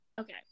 okay